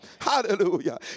Hallelujah